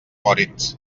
moritz